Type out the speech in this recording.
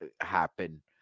happen